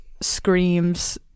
screams